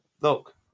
look